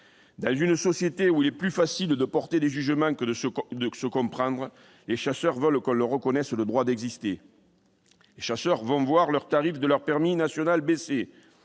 Dans une société où il est plus facile de porter des jugements que de se comprendre, les chasseurs veulent qu'on leur reconnaisse le droit d'exister. Les chasseurs vont, certes, voir le tarif de leur permis national baisser,